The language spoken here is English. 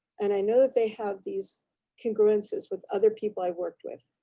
and i know that they have these congruences with other people i worked with,